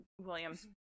Williams